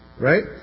Right